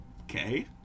okay